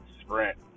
sprint